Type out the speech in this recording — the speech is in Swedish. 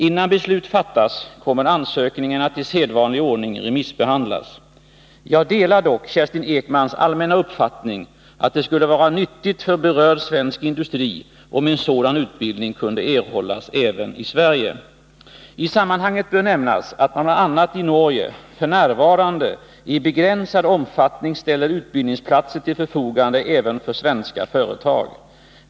Innan beslut fattas kommer ansökningen att i sedvanlig ordning remissbehandlas. Jag delar dock Kerstin Ekmans allmänna uppfattning att det skulle vara nyttigt för berörd svensk industri om en sådan utbildning kunde erhållas även i Sverige. I sammanhanget bör nämnas att man bl.a. i Norge f.n. i begränsad omfattning ställer utbildningsplatser till förfogande även för svenska företag.